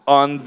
on